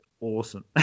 awesome